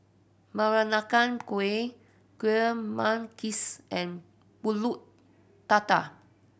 Peranakan Kueh Kuih Manggis and Pulut Tatal